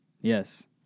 Yes